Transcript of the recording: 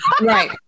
Right